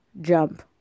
jump